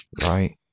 Right